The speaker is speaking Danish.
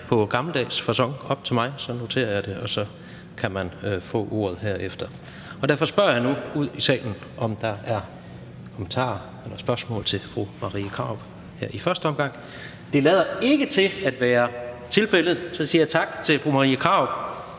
på gammeldags facon op til mig, så noterer jeg det, og så kan man få ordet herefter. Derfor spørger jeg nu ud i salen, om der er kommentarer eller spørgsmål til fru Marie Krarup her i første omgang. Det lader ikke til at være tilfældet. Så siger jeg tak til fru Marie Krarup.